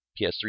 PS3